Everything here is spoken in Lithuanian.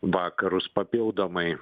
vakarus papildomai